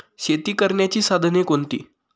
शेती करण्याची साधने कोणती?